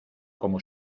como